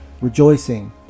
rejoicing